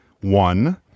one